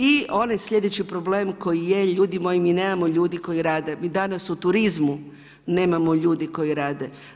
I onaj slijedeći problem koji je, ljudi moji, mi nemamo ljudi koji rade, mi danas u turizmu nemamo ljudi koji rade.